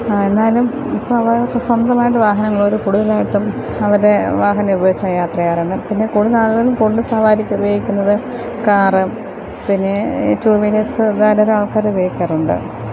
എന്നാലും ഇപ്പം അവര്ക്ക് സ്വന്തമായിട്ട് വാഹനമുള്ളവർ കൂടുതലായിട്ട് അവരുടെ വാഹനം ഉപയോഗിച്ചിട്ടാണ് യാത്ര ചെയ്യാറുള്ളെ പിന്നെ കൂടുതലാളുകളും പൊതു സവാരിക്കുപയോഗിക്കുന്നത് കാറ് പിന്നെ ഈ റ്റൂ വീലേര്സ് ധാരാളം ആള്ക്കാരുപയോഗിക്കാറുണ്ട്